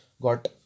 got